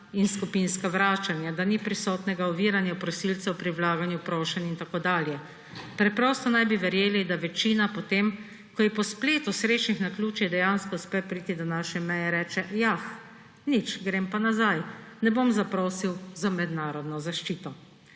in skupinska vračanja, da ni prisotnega oviranja prosilcev pri vlaganju prošenj in tako dalje. Preprosto naj bi verjeli, da večina po tem, ko ji po spletu srečnih naključij dejansko uspe priti do naše meje, reče –Jah, nič, grem pa nazaj, ne bom zaprosil za mednarodno zaščito.